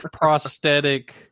prosthetic